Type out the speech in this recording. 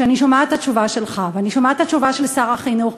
כשאני שומעת את התשובה שלך ואני שומעת את התשובה של שר החינוך,